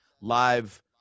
live